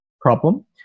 problem